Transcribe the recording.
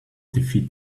defeat